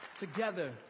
together